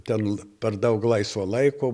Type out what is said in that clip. ten per daug laisvo laiko